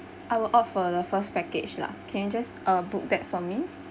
I will opt for the first package lah can you just uh book that for me